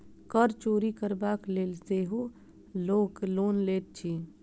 कर चोरि करबाक लेल सेहो लोक लोन लैत अछि